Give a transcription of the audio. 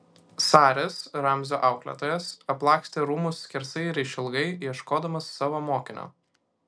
saris ramzio auklėtojas aplakstė rūmus skersai ir išilgai ieškodamas savo mokinio